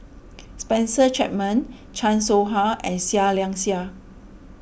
Spencer Chapman Chan Soh Ha and Seah Liang Seah